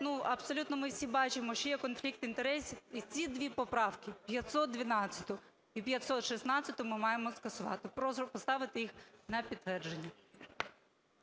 думаю, абсолютно ми всі бачимо, що є конфлікт інтересів, і ці дві поправки, 512 і 516, ми маємо скасувати. Прошу поставити їх на підтвердження.